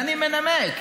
ואני מנמק,